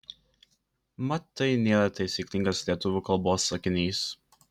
mat tai nėra taisyklingas lietuvių kalbos sakinys